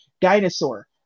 Dinosaur